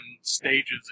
stages